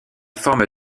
forme